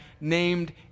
named